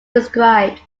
described